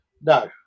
No